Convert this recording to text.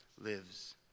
lives